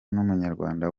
n’umunyarwanda